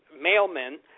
mailmen